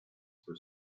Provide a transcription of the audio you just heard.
for